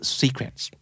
secrets